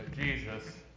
Jesus